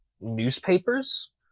newspapers